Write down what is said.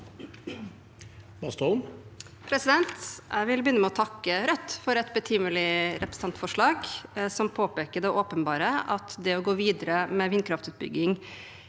Jeg vil begynne med å takke Rødt for et betimelig representantforslag som påpeker det åpenbare, at det å gå videre med vindkraftutbygging